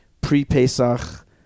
pre-Pesach